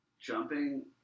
jumping